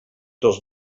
tots